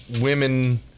women